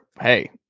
hey